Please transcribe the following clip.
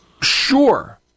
sure